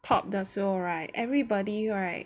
top the so right everybody right